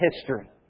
history